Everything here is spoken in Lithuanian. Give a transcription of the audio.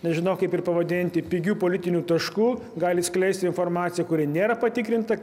nežinau kaip ir pavadinti pigiu politiniu tašku gali skleisti informaciją kuri nėra patikrinta